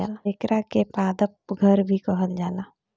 एकरा के पादप घर भी कहल जाला